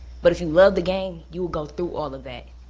but if you love the game, you will go through all of that.